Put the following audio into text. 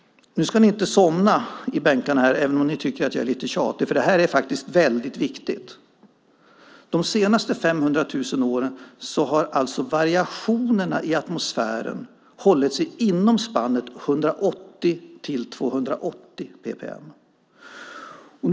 Nu ska ni inte somna i bänkarna även om ni tycker att jag är lite tjatig. Det här är faktiskt väldigt viktigt. De senaste 500 000 åren har alltså variationerna i atmosfären hållit sig inom spannet 180-280 ppmv.